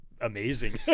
amazing